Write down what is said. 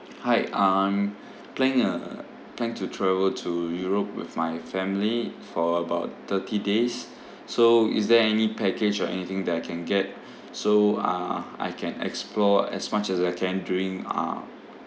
hi I'm planning a plan to travel to europe with my family for about thirty days so is there any package or anything that I can get so uh I can explore as much as I can during uh